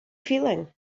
feeling